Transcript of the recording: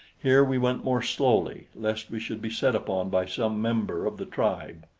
here we went more slowly, lest we should be set upon by some member of the tribe.